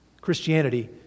Christianity